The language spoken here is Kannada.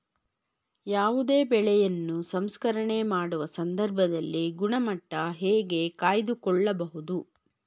ಯಾವುದೇ ಬೆಳೆಯನ್ನು ಸಂಸ್ಕರಣೆ ಮಾಡುವ ಸಂದರ್ಭದಲ್ಲಿ ಗುಣಮಟ್ಟ ಹೇಗೆ ಕಾಯ್ದು ಕೊಳ್ಳಬಹುದು?